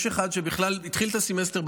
יש אחד שבכלל התחיל את הסמסטר,